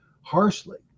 harshly